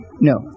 No